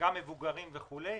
למבוגרים וכולי,